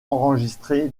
enregistrés